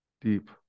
deep